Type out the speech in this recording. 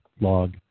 log